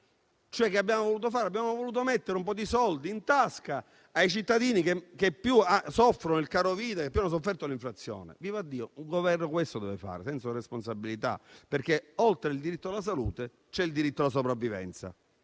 fare? Abbiamo voluto mettere un po' di soldi in tasca ai cittadini che più soffrono il carovita, che più hanno sofferto l'inflazione. Vivaddio: un Governo questo deve fare, per senso di responsabilità, perché, oltre al diritto alla salute, c'è il diritto alla sopravvivenza.